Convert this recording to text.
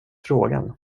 frågan